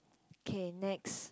K next